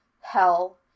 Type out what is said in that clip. Hell